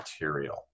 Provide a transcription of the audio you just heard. material